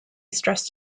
stressed